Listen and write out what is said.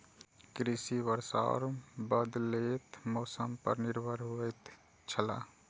कृषि वर्षा और बदलेत मौसम पर निर्भर होयत छला